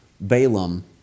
Balaam